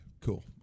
cool